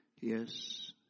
Yes